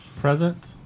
Present